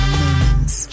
moments